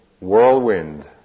Whirlwind